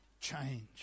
change